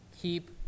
keep